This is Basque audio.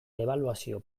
ebaluazio